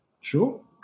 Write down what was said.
Sure